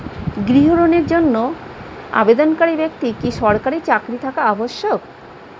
গৃহ ঋণের জন্য আবেদনকারী ব্যক্তি কি সরকারি চাকরি থাকা আবশ্যক?